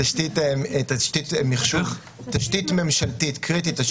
תשתית מחשוב קריטית.